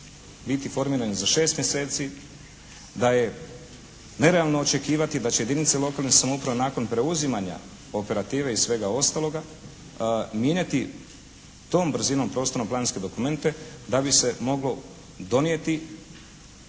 biti formirani za šest mjeseci, da je nerealno očekivati da će jedinice lokalne samouprave nakon preuzimanja operative i svega ostaloga mijenjati tom brzinom prostorno-planske dokumente da bi se moglo donijeti